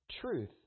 truth